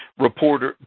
reporters,